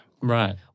Right